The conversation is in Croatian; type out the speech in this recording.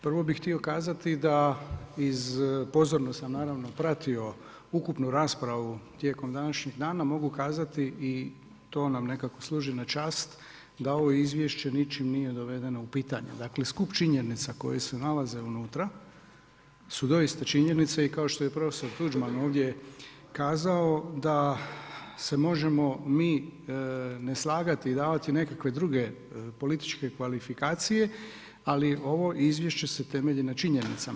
Prvo bih htio kazati, pozorno sam naravno pratio ukupnu raspravu tijekom današnjeg dana, mogu kazati i to nam nekako služi na čast da ovo izvješće ničim nije dovedeno u pitanje. dakle skup činjenica koje se nalaze unutra su doista činjenice i kao što je profesor Tuđman ovdje kazao da se možemo mi ne slagati i davati nekakve druge političke kvalifikacije, ali ovo izvješće se temelji na činjenicama.